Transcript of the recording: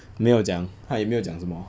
没有讲他也没有讲什么